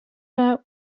that